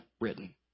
written